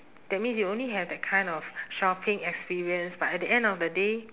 that means you only have that kind of shopping experience but at the end of the day